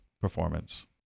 performance